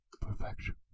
perfection